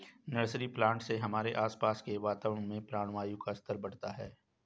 nursery plant से हमारे आसपास के वातावरण में प्राणवायु का स्तर बढ़ता है